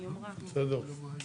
בסדר.